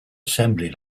assembly